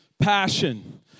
passion